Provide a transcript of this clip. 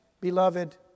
beloved